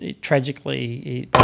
tragically